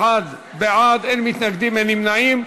41 בעד, אין מתנגדים, אין נמנעים.